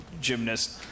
gymnast